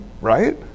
Right